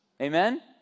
Amen